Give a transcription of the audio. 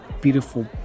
beautiful